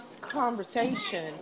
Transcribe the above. conversation